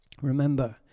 Remember